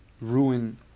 ruin